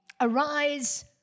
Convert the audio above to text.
Arise